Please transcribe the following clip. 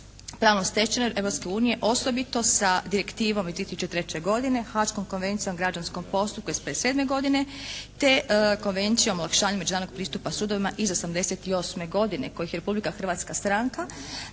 pravnom stečevinom Europske unije osobito sa direktivom iz 2003. godine, Haškom konvencijom o građanskom postupku iz …/Govornik se ne razumije./… godine te Konvencijom o članovima međunarodnog pristupa sudovima iz '88. godine kojih je Republika Hrvatska stranka.